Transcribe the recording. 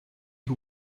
who